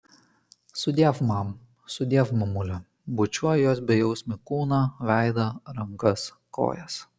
sudiev mama sudiev mamule bučiuoju jos bejausmį kūną veidą rankas kojas